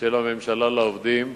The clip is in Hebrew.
של הממשלה לעובדים.